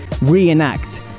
reenact